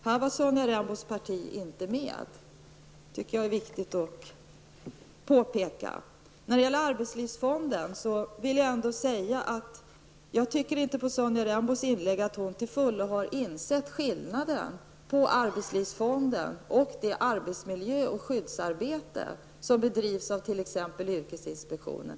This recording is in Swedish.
Här var Sonja Rembos parti inte med; det tycker jag är viktigt att påpeka. När det gäller arbetslivsfonden vill jag säga att jag inte tycker att Sonja Rembos inlägg tyder på att hon till fullo har insett skillnaden mellan arbetslivsfonden och det arbetsmiljö och skyddsarbete som bedrivs av t.ex. yrkesinspektionen.